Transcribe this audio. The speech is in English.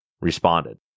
responded